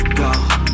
go